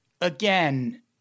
again